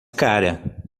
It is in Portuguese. cara